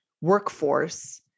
workforce